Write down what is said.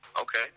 Okay